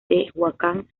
tehuacán